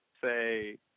say